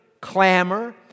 clamor